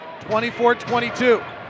24-22